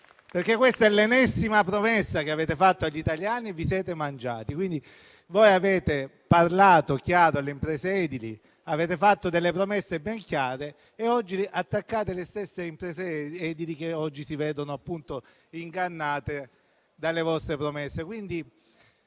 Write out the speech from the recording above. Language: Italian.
perché questa è l'ennesima promessa che avete fatto agli italiani e vi siete rimangiati. Voi avete parlato chiaro alle imprese edili. Avete fatto delle promesse ben chiare e oggi attaccate le stesse imprese edili, che si vedono appunto ingannate dalle vostre promesse.